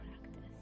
practice